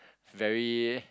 very